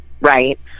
right